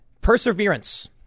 Perseverance